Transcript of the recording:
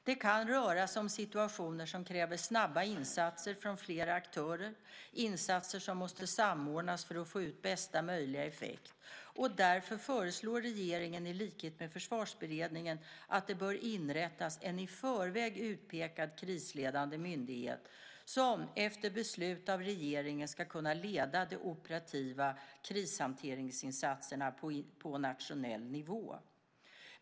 Det kan röra sig om situationer som kräver snabba insatser från flera aktörer, insatser som måste samordnas för att få ut bästa möjliga effekt. Därför föreslår regeringen i likhet med Försvarsberedningen att det bör inrättas en i förväg utpekad krisledande myndighet som efter beslut av regeringen ska kunna leda de operativa krishanteringsinsatserna på nationell nivå.